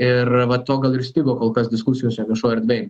ir va to gal ir stigo kol kas diskusijose viešoj erdvėj